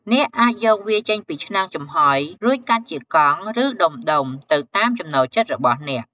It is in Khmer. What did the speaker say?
អ្នកអាចយកវាចេញពីឆ្នាំងចំហុយ រួចកាត់ជាកង់ ឬដុំៗ ទៅតាមចំណូលចិត្តរបស់អ្នក។